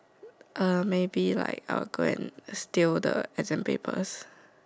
uh maybe like I will go and like steal the exam papers